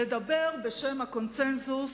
לדבר בשם הקונסנזוס,